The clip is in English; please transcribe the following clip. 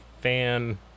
fan